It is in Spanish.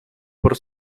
por